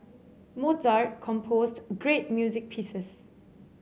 Mozart composed great music pieces